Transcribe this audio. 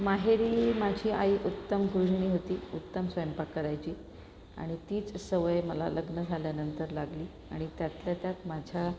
माहेरी माझी आई उत्तम गृहिणी होती उत्तम स्वयंपाक करायची आणी तीच सवय मला लग्न झाल्यानंतर लागली आणि त्यातल्या त्यात माझ्या